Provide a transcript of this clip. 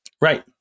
Right